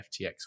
FTX